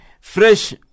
Fresh